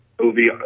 movie